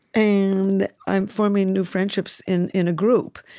and i'm forming new friendships in in a group.